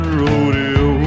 rodeo